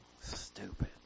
Stupid